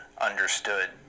understood